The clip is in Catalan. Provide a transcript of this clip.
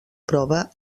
prova